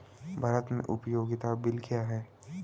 भारत में उपयोगिता बिल क्या हैं?